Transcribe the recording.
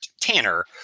Tanner